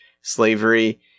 slavery